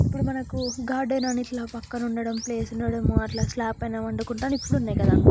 ఇప్పుడు మనకు గార్డెన్ అని ఎట్ల పక్కన ఉండటం ప్లేస్ ఉండడం అట్లా స్లాప్ పైన పండుకుంటా అని ఇప్పుడు ఉన్నాయి కదా